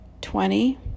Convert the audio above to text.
twenty